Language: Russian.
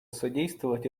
содействовать